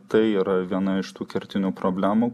tai yra viena iš tų kertinių problemų